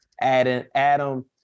Adam